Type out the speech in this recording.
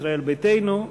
ישראל ביתנו.